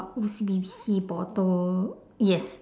O_C_B_C bottle yes